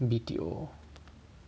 B_T_O